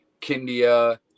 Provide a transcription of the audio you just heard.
Kindia